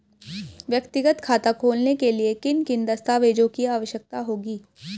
व्यक्तिगत खाता खोलने के लिए किन किन दस्तावेज़ों की आवश्यकता होगी?